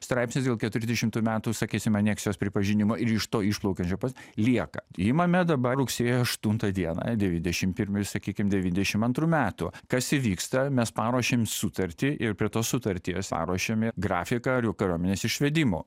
straipsnis dėl keturiasdešimtų metų sakysim aneksijos pripažinimo ir iš to išplaukiančių pas lieka imame dabar rugsėjo aštuntą dieną devyniasdešim pirmų sakykim devyniasdešim antrų metų kas įvyksta mes paruošiam sutartį ir prie tos sutarties paruošiam grafiką kar kariuomenės išvedimo